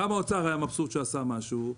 גם האוצר היה מבסוט שעשה משהו.